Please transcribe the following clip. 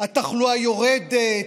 התחלואה יורדת,